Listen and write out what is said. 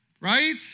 Right